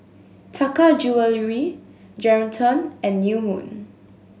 Taka Jewelry Geraldton and New Moon